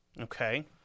Okay